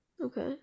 Okay